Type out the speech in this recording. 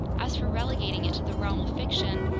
as for relegating it to the realm of fiction,